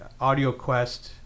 AudioQuest